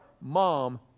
mom